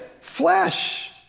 flesh